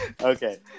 okay